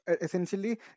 essentially